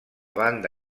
banda